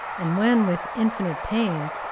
and when, with infinite pains,